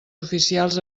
oficials